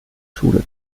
schule